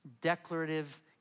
declarative